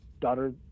daughter